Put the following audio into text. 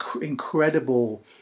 incredible